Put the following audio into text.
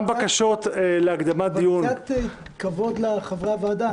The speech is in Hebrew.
קצת כבוד לחברי הוועדה.